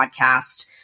podcast